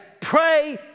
pray